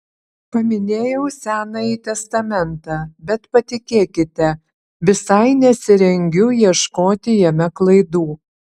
paminėjau senąjį testamentą bet patikėkite visai nesirengiu ieškoti jame klaidų